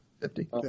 fifty